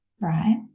Right